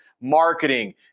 Marketing